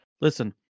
listen